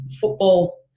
football